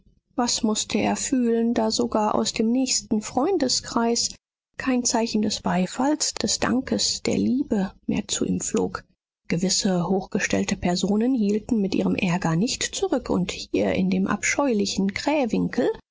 was mußte er fühlen da sogar aus dem nächsten freundeskreis kein zeichen des beifalls des dankes der liebe mehr zu ihm flog gewisse hochgestellte personen hielten mit ihrem ärger nicht zurück und hier in dem abscheulichen krähwinkel